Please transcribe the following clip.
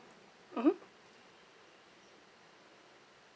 mmhmm